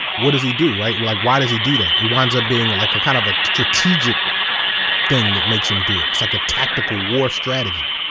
what does he do, right, like why does he do that? it winds up being a like kind of a strategic thing that makes him do it, it's like a tactical war strategy.